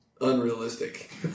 unrealistic